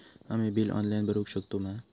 आम्ही bill online भरुक शकतू मा?